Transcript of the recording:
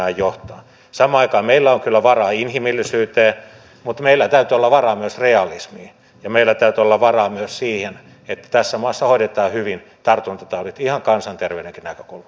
samaan aikaan meillä on kyllä varaa inhimillisyyteen mutta meillä täytyy olla varaa myös realismiin ja meillä täytyy olla varaa myös siihen että tässä maassa hoidetaan hyvin tartuntataudit ihan kansanterveydenkin näkökulmasta